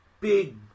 big